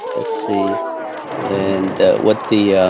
let's see and what the,